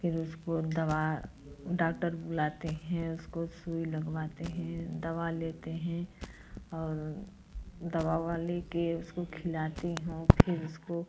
फिर उसको दवा डॉक्टर बुलाते हैं उसको सुई लगवाते हैं दवा लेते हैं और दवा अवा ले के उसको खिलाती हूँ फिर उसको